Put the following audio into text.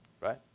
Right